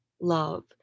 love